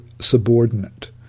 subordinate